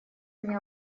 меня